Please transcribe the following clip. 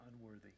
unworthy